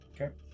Okay